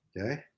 okay